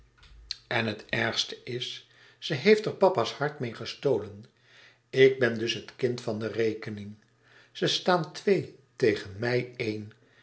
en het ergste is ze heeft er papa s hart meê gestolen ik ben dus het kind van de rekening ze staan twee tegen mij éen